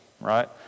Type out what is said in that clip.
right